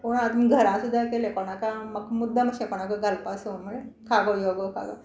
पूण आमी घरां सुद्दा केलें कोणाकय म्हाका मुद्दम अशें कोणाक घालपा संवय म्हणल्या खागो योगो खागो